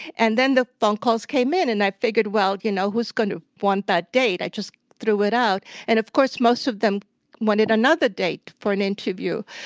and then the phone calls came in, and i figured, well, you know who's going to want that date? i just threw it out. and of course, most of them wanted another date for an interview,